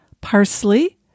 parsley